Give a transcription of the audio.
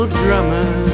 drummer